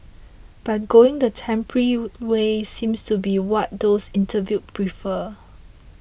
but going the temporary way seems to be what those interviewed prefer